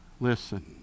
listen